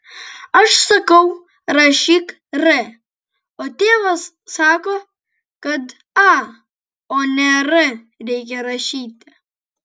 aš sakau rašyk r o tėvas sako kad a o ne r reikia rašyti